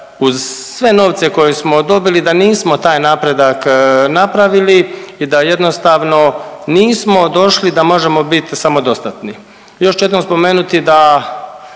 uz sve novce koje smo dobili da nismo taj napredak napravili i da jednostavno nismo došli da možemo biti samodostatni. Još ću jednom spomenuti da